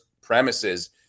premises